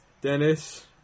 Dennis